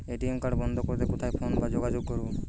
ATM card বন্ধ করতে কোথায় ফোন বা যোগাযোগ করব?